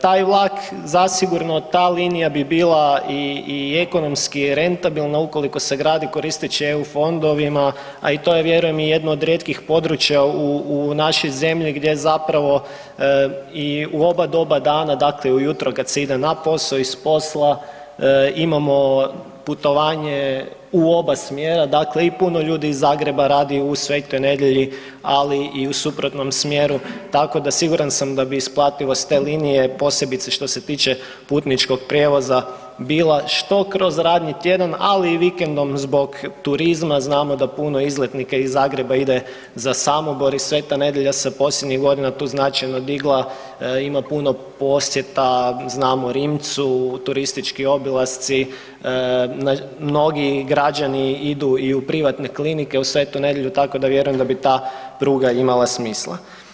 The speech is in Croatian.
Taj vlak zasigurno, ta linija bi bila i ekonomski rentabilna ukoliko se gradi koristeći EU fondovima, a i to je vjerujem i jedno od rijetkih područja u našoj zemlji gdje zapravo i u oba doba dana, dakle i ujutro kad se ide na posao i s posla imamo putovanje u oba smjera, dakle i puno ljudi iz Zagreba radi u Svetoj Nedelji, ali i u suprotnom smjeru, tako da siguran sam da bi isplativost te linije posebice što se tiče putničkog prijevoza bila što kroz radni tjedan, ali i vikendom zbog turizma znamo da puno izletnika iz Zagreba ide za Samobor i Sveta Nedelja se posljednjih godina tu značajno digla, ima puno posjeta znamo Rimcu, turistički obilasci, mnogi građani idu i u privatne klinike u Svetu Nedelju tako da vjerujem da bi ta pruga imala smisla.